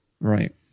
right